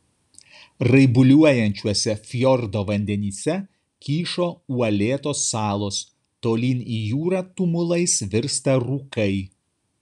raibuliuojančiuose fjordo vandenyse kyšo uolėtos salos tolyn į jūrą tumulais virsta rūkai